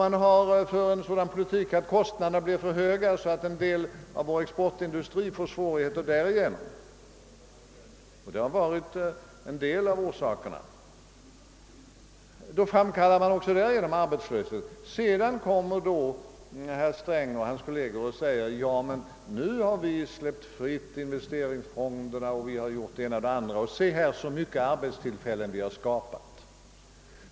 När regeringen för en olämplig politik så att kostnaderna blir för höga med påföljd att en del av vår exportindustri får svårigheter, framkallas också arbetslöshet. Sedan kommer då herr Sträng och hans kolleger och säger, att de släppt investeringsfonderna fria m.m. och pekar på hur många arbetstillfällen som skapats.